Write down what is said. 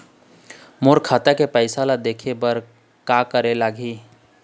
मोर खाता के पैसा ला देखे बर का करे ले लागही?